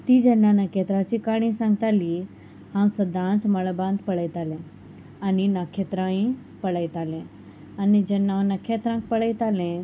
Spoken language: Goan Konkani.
ती जेन्ना नखेत्राची काणी सांगताली हांव सदांच मळबांत पळयतालें आनी नखेत्रांय पळयतालें आनी जेन्ना हांव नखेत्रांक पळयतालें